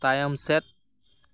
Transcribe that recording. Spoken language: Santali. ᱛᱟᱭᱚᱢ ᱥᱮᱫ